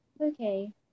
Okay